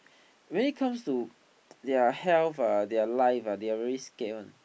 when it comes to their health ah their life ah they are very scared [one]